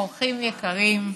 אורחים יקרים,